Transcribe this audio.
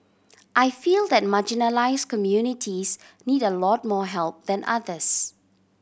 I feel that marginalised communities need a lot more help than others